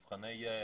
מבחני יע"ל,